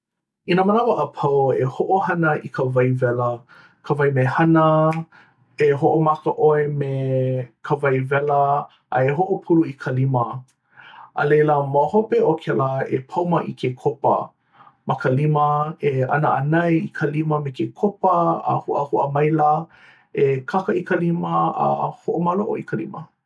i nā manawa a pau e hoʻohana i ka wai wela ka wai mehana e hoʻomaka ʻoe me ka wai wela a e hoʻopulu i ka lima a laila ma hape o kēlā e pauma i ke kopa ma ka lima e ʻānaʻanai i ka lima me ke kopa a huʻahuʻa maila e kaka i ka lima e hoʻomaloʻo i ka lima.